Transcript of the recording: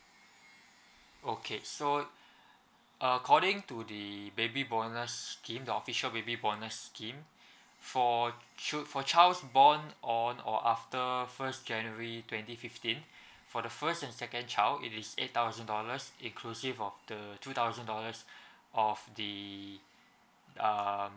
okay so according to the baby bonus scheme the official baby bonus scheme for ch~ for child's born on or after first january twenty fifteen for the first and second child is eight thousand dollars inclusive of the two thousand dollars of the uh